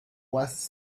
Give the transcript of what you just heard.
was